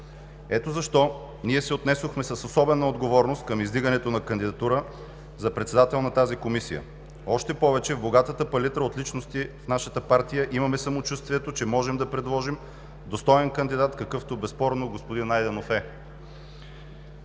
Ето защо ние се отнесохме с особена отговорност към издигането на кандидатура за председател на тази комисия. Още повече в богатата палитра от личности в нашата партия, имаме самочувствието, че можем да предложим достоен кандидат, какъвто безспорно е господин Найденов.